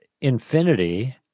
infinity